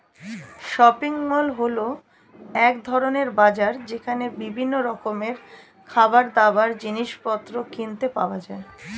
shopping mall হল এক ধরণের বাজার যেখানে বিভিন্ন রকমের খাবারদাবার, জিনিসপত্র কিনতে পাওয়া যায়